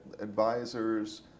advisors